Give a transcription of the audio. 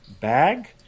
bag